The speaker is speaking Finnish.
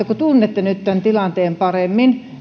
kun tunnette nyt tämän tilanteen paremmin